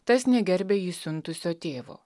tas negerbia jį siuntusio tėvo